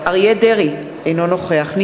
אינו נוכח אריה דרעי,